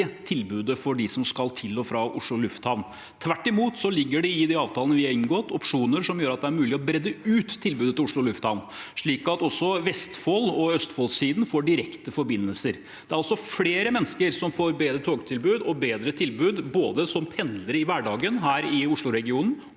tilbudet for dem som skal til og fra Oslo lufthavn. Tvert imot ligger det i de avtalene vi har inngått, opsjoner som gjør at det er mulig å gjøre tilbudet til Oslo lufthavn bredere, slik at også Vestfold- og Østfold-siden får direkte forbindelser. Det er altså flere mennesker som får bedre togtilbud og bedre tilbud, både som pendlere i hverdagen her i Oslo-regionen